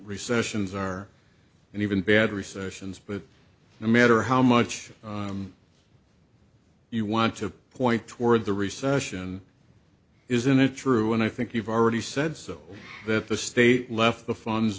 recessions are and even bad recessions but no matter how much you want to point toward the recession isn't it true and i think you've already said so that the state left the funds